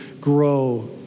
grow